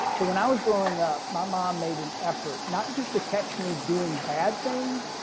so when i was growing up, my mom made an effort, not just to catch me doing bad things,